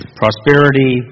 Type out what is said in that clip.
prosperity